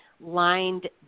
lined